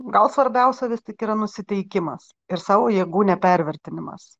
gal svarbiausia vis tik yra nusiteikimas ir savo jėgų nepervertinamas